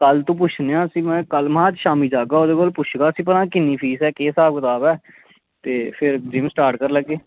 कल्ल पुच्छने आं में हा शामीं जाह्गा ओह्दे कोल पुच्छगा उसी में हा किन्नी फीस ऐ केह् स्हाब कताब ऐ ते फिर जिम स्टार्ट करी लैगे